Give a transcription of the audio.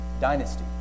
dynasty